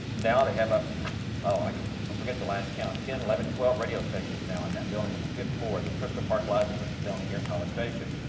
now they have up to i like um forget the last count ten, eleven, twelve radio stations now in that building on the fifth floor of crystal park plaza but building here in college station.